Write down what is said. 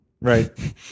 Right